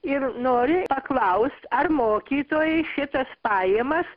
ir noriu paklaust ar mokytojai šitas pajamas